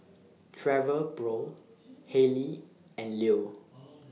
Travelpro Haylee and Leo